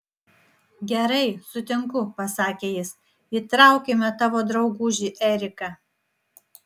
gerai sutinku pasakė jis įtraukime tavo draugužį eriką